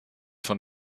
von